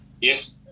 Yes